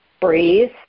breathe